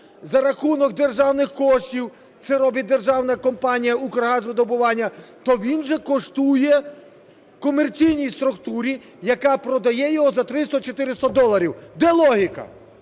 за рахунок державних коштів (це робить державна компанія "Укргазвидобування"), то він вже коштує комерційній структурі, яка продає його за 300-400 доларів. Де логіка?